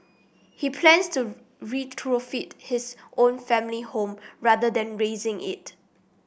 he plans to retrofit his own family home rather than razing it